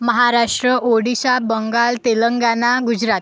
Maharashtra Odisha Bengal Telangana Gujarat